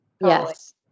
Yes